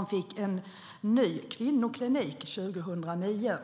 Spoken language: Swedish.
vi fick en ny kvinnoklinik 2009.